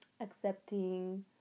accepting